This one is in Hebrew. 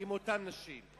עם אותן נשים.